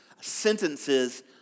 sentences